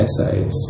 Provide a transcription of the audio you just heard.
essays